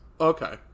Okay